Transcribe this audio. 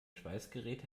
schweißgerät